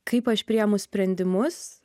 kaip aš priemu sprendimus